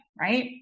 Right